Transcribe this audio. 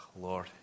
Lord